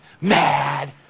Mad